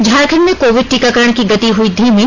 झारखंड में कोविड टीकाकरण की गति हुई धीमी